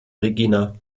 regina